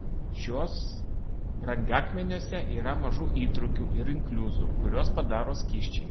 šiuos brangakmeniuose yra mažų įtrūkių ir inkliuzų kuriuos padaro skysčiai